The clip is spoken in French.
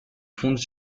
fonde